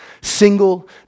Single